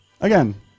Again